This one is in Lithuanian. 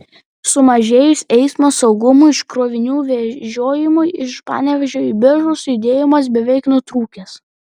sumažėjus eismo saugumui ir krovinių vežiojimui iš panevėžio į biržus judėjimas beveik nutrūkęs